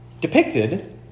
depicted